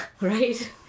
right